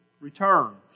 return